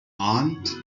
arndt